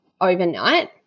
overnight